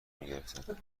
میگرفتن